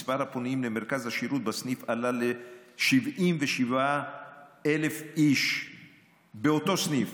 מספר הפונים למרכז השירות בסניף עלה ל-77,000 איש באותו הסניף